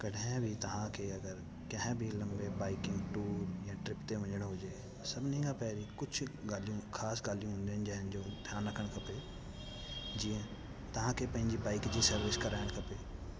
कॾहिं बि तव्हांखे अगरि कंहिं बि लम्बे बाइकिंग टूर या ट्रिप ते वञिणो हुजे सभिनी खां पहिरें कुझु ॻाल्हियूं ख़ासि ॻाल्हियूं हूंदियूं जंहिं जो ध्यानु रखणु खपे जीअं तव्हांखे पंहिंजी बाइक जी सर्विस कराइणु खपे